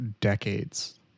decades